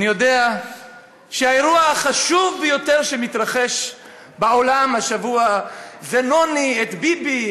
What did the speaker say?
אני יודע שהאירוע החשוב ביותר שמתרחש בעולם השבוע זה נוני את ביבי,